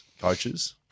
coaches